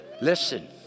Listen